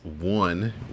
one